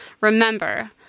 Remember